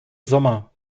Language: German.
sommer